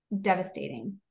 devastating